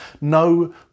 no